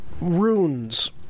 runes